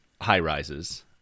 high-rises